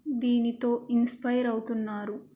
దీనితో ఇన్స్పైర్ అవుతున్నారు